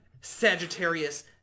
sagittarius